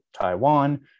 Taiwan